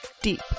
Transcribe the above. deep